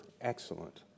excellent